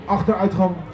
Achteruitgang